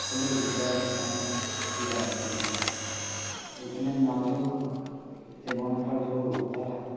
खुले विचार के साथ की जाती है इसमें ना तो दिमाग़ पर जोर होता है